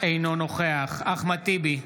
אינו נוכח אחמד טיבי,